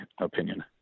opinion